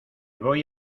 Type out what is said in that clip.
voy